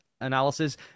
analysis